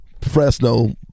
Fresno